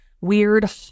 weird